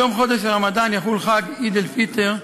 בתום חודש הרמדאן יחול חג עיד אל-פיטר,